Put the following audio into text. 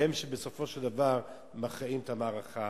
הם שבסופו של דבר מכריעים את המערכה